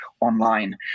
online